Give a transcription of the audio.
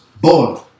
born